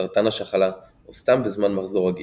סרטן השחלה או סתם בזמן מחזור רגיל.